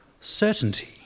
certainty